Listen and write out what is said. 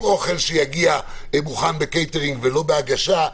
עם אוכל שיגיע מוכן ולא בהגשה,